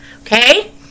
Okay